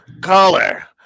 caller